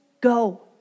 go